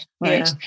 right